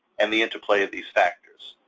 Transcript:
and the interplay of these factors.